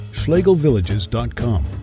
schlegelvillages.com